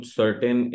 certain